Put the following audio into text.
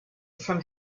from